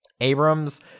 Abrams